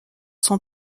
son